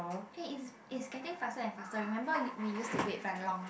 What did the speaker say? eh is is getting faster and faster remember we used to wait very long